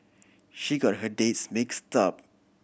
she got her dates mixed up